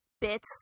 bits